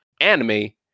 ANIME